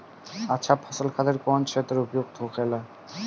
अच्छा फसल खातिर कौन क्षेत्र उपयुक्त होखेला?